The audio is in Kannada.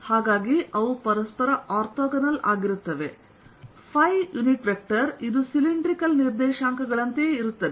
ಆದ್ದರಿಂದ ಅವು ಪರಸ್ಪರ ಆರ್ಥೋಗೋನಲ್ ಆಗಿರುತ್ತವೆ ϕ ಯುನಿಟ್ ವೆಕ್ಟರ್ ಇದು ಸಿಲಿಂಡ್ರಿಕಲ್ ನಿರ್ದೇಶಾಂಕಗಳಂತೆಯೇ ಇರುತ್ತದೆ